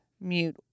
mute